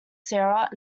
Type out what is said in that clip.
sarah